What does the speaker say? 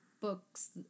book's